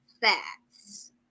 facts